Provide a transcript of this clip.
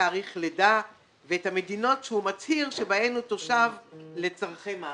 תאריך הלידה והמדינות שהוא מצהיר שבהן הוא תושב לצרכי מס.